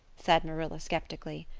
said marilla skeptically.